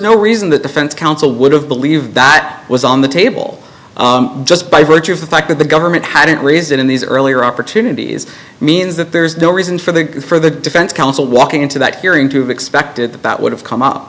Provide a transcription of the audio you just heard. no reason the defense counsel would have believed that was on the table just by virtue of the fact that the government hadn't reason in these earlier opportunities means that there's no reason for the for the defense counsel walking into that hearing to have expected that that would have come up